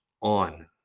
on